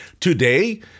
Today